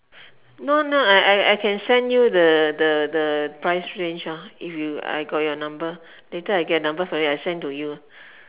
no no I I I can send you the the the price range lor if you I got your number later I get your number from you I send to you